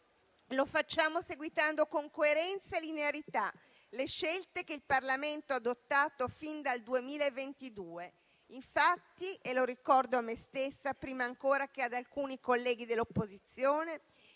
lo facciamo seguitando con coerenza e linearità le scelte che il Parlamento ha adottato fin dal 2022. Infatti - e lo ricordo a me stessa, prima ancora che ad alcuni colleghi dell'opposizione